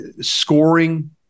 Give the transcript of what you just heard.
scoring